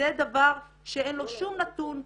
זה דבר שאין לו שום נתון,